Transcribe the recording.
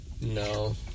No